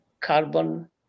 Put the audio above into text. Carbon